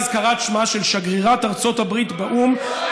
היה הזכרת שמה של שגרירת ארצות הברית באו"ם,